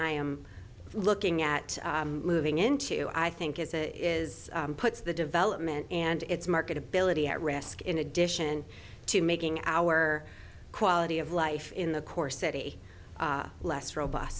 i am looking at moving into i think is a is puts the development and its marketability at risk in addition to making our quality of life in the core city less rob